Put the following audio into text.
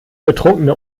betrunkene